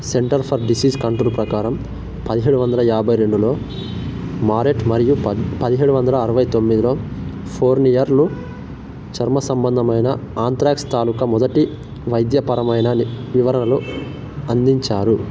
centre for disease control ప్రకారం పదిహేడు వందల యాభై రెండులో మరెట్ మరియు పదిహేడు వందల అరవై తొమ్మిదిలో ఫోర్నియర్లు చర్మ సంబంధమైన ఆంత్రాక్స్ తాలూకా మొదటి వైద్యపరమైన వివరణలు అందించారు